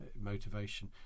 Motivation